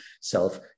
self